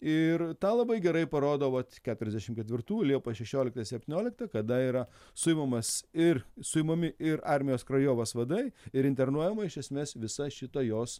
ir tą labai gerai parodo vat keturiasdešim ketvirtų liepos šešiolikta septyniolikta kada yra suimamas ir suimami ir armijos krajovas vadai ir internuojama iš esmės visa šita jos